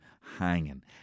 hanging